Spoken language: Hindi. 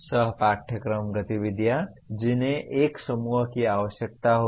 सह पाठयक्रम गतिविधियाँ जिन्हें एक समूह की आवश्यकता होगी